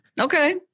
Okay